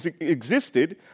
existed